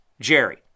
jerry